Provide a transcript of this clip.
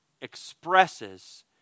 expresses